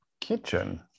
kitchen